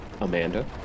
Amanda